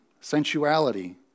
sensuality